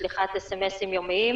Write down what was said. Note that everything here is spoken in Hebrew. שליחת sms יומיים